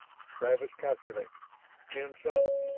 travis calculated ten suns.